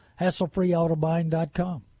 HassleFreeAutobuying.com